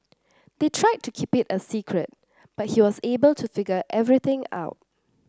they tried to keep it a secret but he was able to figure everything out